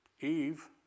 Eve